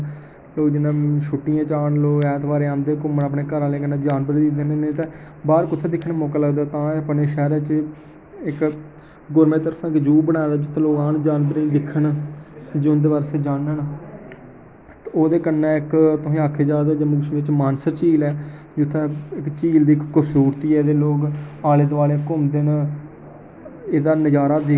लोक जि'न्ना छूट्टियें च आन लोग ऐतवारें आंदे घूमन अपने घरा आह्लें कन्नै दिक्खने जानवरें ई ते नेईं तां बाहर कु'त्थें मौका लगदा तां ई कन्नै शैह्रे च इक गौरमेंट दी तरफ़ा ज़ू बनाये दा जि'त्थें लोग आन जान ते जानवरें गी दिक्खन उं'दे बारे च जानन ते ओह् कन्नै तुसें ई आखेआ जा ते जम्मू कश्मीर च मानसर झील ऐ जि'त्थें इक झील दी खूबसूरती ऐ ते लोग आले दोआले घूमदे न एह्दा नज़ारा दिक्खदे न